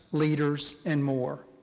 leaders, and more,